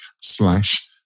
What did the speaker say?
slash